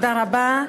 תודה רבה.